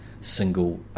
single